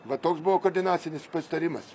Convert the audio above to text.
va toks buvo koordinacinis pasitarimas